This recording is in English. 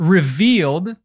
Revealed